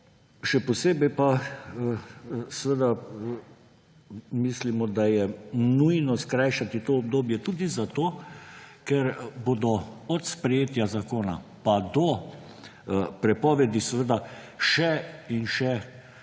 Še posebej pa seveda mislimo, da je nujno skrajšati to obdobje tudi zato, ker bodo od sprejetja zakona pa do prepovedi seveda še in še